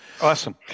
Awesome